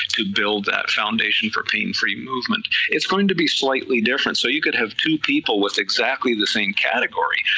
to build that foundation for a pain-free movement, it's going to be slightly different, so you could have two people with exactly the same category,